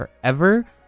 Forever